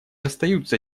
остаются